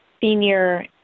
senior